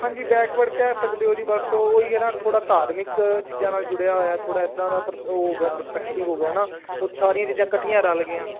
ਹਾਂਜੀ ਬੈਕਵਰਡ ਕਹਿ ਸਕਦੇ ਹੋ ਜੀ ਬਸ ਓਹੀ ਹੈ ਨਾ ਥੋੜ੍ਹਾ ਧਾਰਮਿਕ ਚੀਜ਼ਾਂ ਨਾਲ ਜੁੜਿਆ ਹੋਇਆ ਥੋੜ੍ਹਾ ਇੱਦਾਂ ਦਾ ਉਹ ਹੋ ਗਿਆ ਪਰਸਪੈਕਟਿਵ ਹੋ ਗਿਆ ਨਾ ਉਹ ਸਾਰੀ ਚੀਜ਼ਾਂ ਇਕੱਠੀਆਂ ਰਲ ਗਈਆਂ